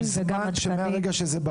שבו